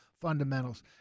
fundamentals